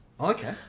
Okay